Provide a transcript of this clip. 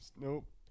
Nope